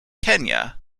kenya